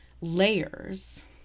layers